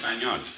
español